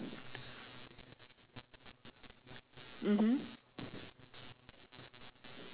mmhmm